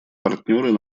партнеры